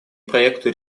проекту